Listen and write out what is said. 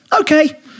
okay